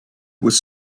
was